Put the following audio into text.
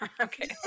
Okay